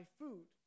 food